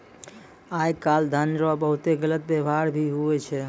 आय काल धन रो बहुते गलत वेवहार भी हुवै छै